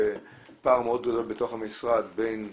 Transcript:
פער מאוד גדול בתוך המשרד בין ההתקדמות,